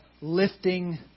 lifting